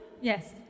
Yes